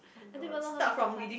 I don't even know how people fast